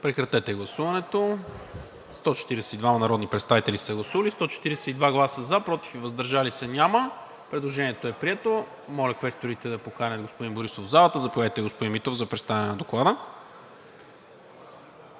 Митов. Гласували 142 народни представители: за 142, против и въздържали се няма. Предложението е прието. Моля квесторите да поканят господин Борисов в залата. Заповядайте, господин Митов, за представяне на Доклада.